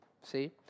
See